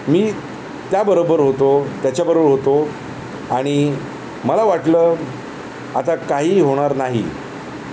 मी त्याबरोबर होतो त्याच्याबरोबर होतो आणि मला वाटलं आता काही होणार नाही